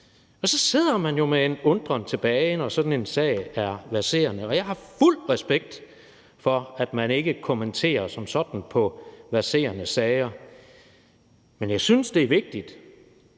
og så sidder man jo tilbage med en undren, når sådan en sag er verserende. Og jeg har fuld respekt for, at man ikke som sådan kommenterer på verserende sager, men jeg synes, det er vigtigt